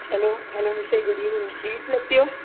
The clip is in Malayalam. ഹലോ ഹലോ മിസ്സേ ഗുഡ് ഈവനിങ് വീട്ടിൽ എത്തിയോ